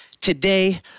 today